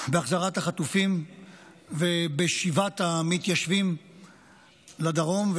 בהחזרת החטופים ובשיבת המתיישבים לדרום,